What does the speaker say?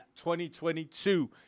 2022